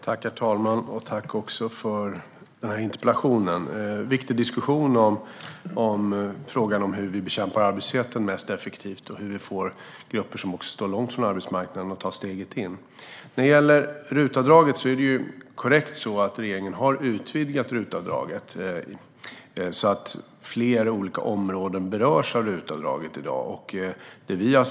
Herr talman! Tack för interpellationen, Helena Bouveng! Det är en viktig diskussion om hur vi bekämpar arbetslösheten effektivast och hur vi får grupper som också står långt från arbetsmarknaden att ta steget in. Det är riktigt att regeringen har utvidgat RUT-avdraget, så att fler olika områden berörs av det i dag.